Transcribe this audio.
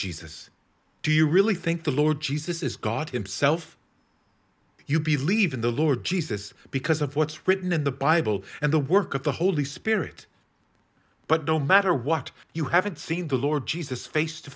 jesus do you really think the lord jesus is god himself you believe in the lord jesus because of what's written in the bible and the work of the holy spirit but no matter what you haven't seen the lord jesus face to